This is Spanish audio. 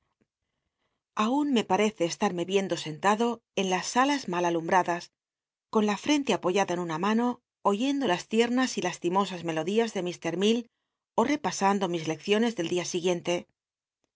aun me parece estatme iendo sentado en las salas mal alumbradas con la frente apoyada en una mano oyendo las tiernas y lastimosas melodías de llr mell ó tcpasando mis lecciones del dia siguiente